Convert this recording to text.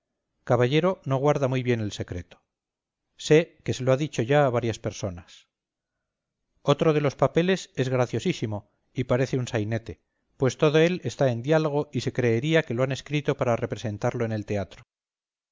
caballero no guarda muy bien el secreto sé que lo ha dicho ya a varias personas otro de los papeles es graciosísimo y parece un sainete pues todo él está en diálogo y se creería que lo habían escrito para representarlo en el teatro